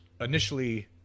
initially